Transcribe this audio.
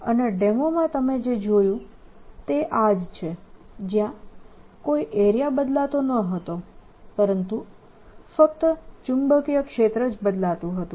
અને ડેમોમાં તમે જે જોયું તે આ જ છે જ્યાં કોઈ એરિયા બદલાતો ન હતો પરંતુ ફક્ત ચુંબકીય ક્ષેત્ર જ બદલાતું હતું